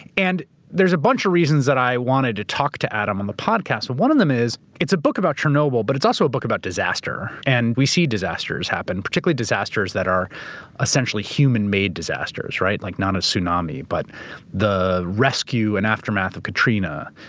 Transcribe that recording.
and there's a bunch of reasons that i wanted to talk to adam on the podcast, but one of them is, it's a book about chernobyl, but it's also a book about disaster. and we see disasters happen, particularly disasters that are essentially human made disasters, right? like not as tsunami, but the rescue and aftermath of katrina.